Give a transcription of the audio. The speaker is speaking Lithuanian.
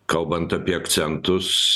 kalbant apie akcentus